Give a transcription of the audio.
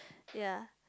ya